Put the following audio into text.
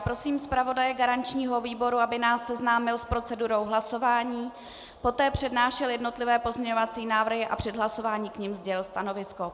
Prosím zpravodaje garančního výboru, aby nás seznámil s procedurou hlasování, poté přednášel jednotlivé pozměňovací návrhy a před hlasováním k nim sdělil stanovisko.